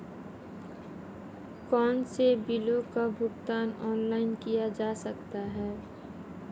कौनसे बिलों का भुगतान ऑनलाइन किया जा सकता है?